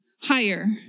higher